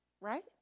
Right